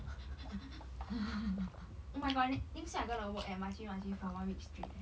oh my god next week I'm going to work at machi machi for one week straight leh